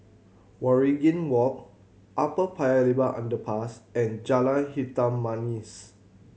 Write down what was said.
Waringin Walk Upper Paya Lebar Underpass and Jalan Hitam Manis